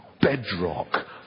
bedrock